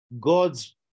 God's